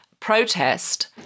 protest